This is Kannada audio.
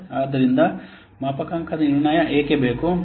ಆದ್ದರಿಂದ ಮಾಪನಾಂಕ ನಿರ್ಣಯ ಏಕೆ ಬೇಕು